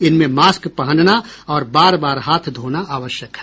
इनमें मास्क पहनना और बार बार हाथ धोना आवश्यक है